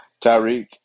Tyreek